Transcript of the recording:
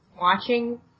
watching